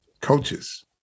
coaches